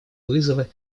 вызовы